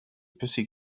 pussy